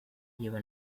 lleva